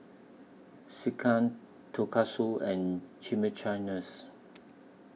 Sekihan Tonkatsu and Chimichangas